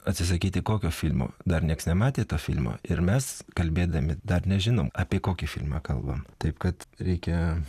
atsisakyti kokio filmo dar nieks nematė to filmo ir mes kalbėdami dar nežinom apie kokį filmą kalbam taip kad reikia